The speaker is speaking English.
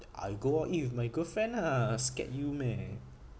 I go out eat with my girlfriend ah scared you meh